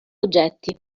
oggetti